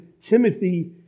Timothy